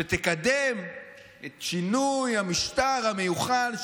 שתקדם את שינוי המשטר המיוחל.